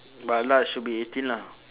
but large should be eighteen lah